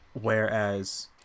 whereas